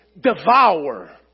devour